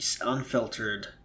unfiltered